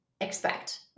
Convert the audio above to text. expect